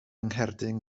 ngherdyn